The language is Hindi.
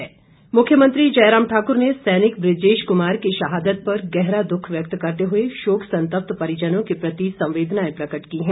शोक मुख्यमंत्री जयराम ठाकुर ने सैनिक बृजेश कुमार की शहादत पर गहरा दुख व्यक्त करते हुए शोक संतप्त परिजनों के प्रति संवेदनाएं प्रकट की हैं